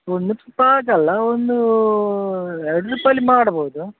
ಒಂದು ಟ್ರಿಪ್ ಆಗೋಲ್ಲ ಒಂದು ಎರ್ಡು ಟ್ರಿಪ್ ಅಲ್ಲಿ ಮಾಡ್ಬೋದು